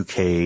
UK